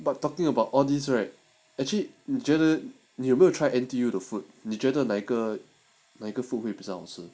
but talking about all these right actually 你觉得你有没有 try N_T_U the food 你觉得哪个哪个 food 比较好吃